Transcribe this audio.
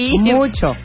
mucho